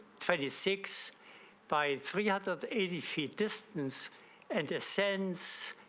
twenty six five three out of eighty feet distance and descends.